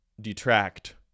detract